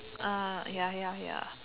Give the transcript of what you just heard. ah ya ya ya